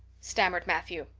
stammered matthew.